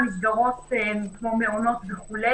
מעונות וכו',